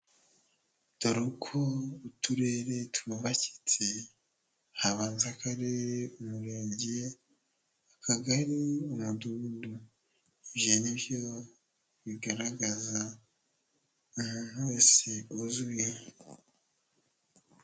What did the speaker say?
Dore uko uturere twubakitse, habanza akarere, umurenge, akagari, umudugudu, ibyo ni byo bigaragaza umuntu wese uzwi.